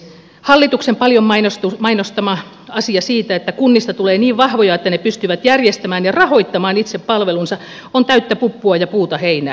se hallituksen paljon mainostama asia että kunnista tulee niin vahvoja että ne pystyvät järjestämään ja rahoittamaan itse palvelunsa on täyttä puppua ja puuta heinää